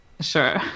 Sure